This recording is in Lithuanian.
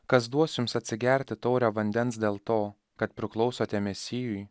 kas duos jums atsigerti taurę vandens dėl to kad priklausote mesijui